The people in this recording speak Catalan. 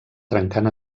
trencant